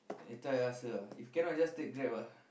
later I ask her ah if cannot just take Grab ah